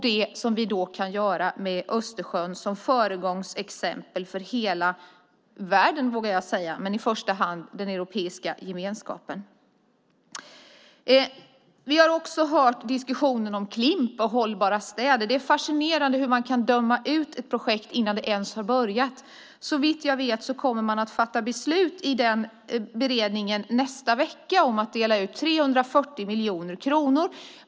Det kan vi göra med Östersjön som föregångsexempel för hela världen, vågar jag säga, och i första hand för den europeiska gemenskapen. Vi har också hört diskussionen om Klimp och hållbara städer. Det är fascinerande hur man kan döma ut ett projekt innan det ens har börjat. Såvitt jag vet kommer man att fatta beslut i den beredningen i nästa vecka om att dela ut 340 miljoner kronor.